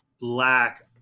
black